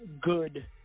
good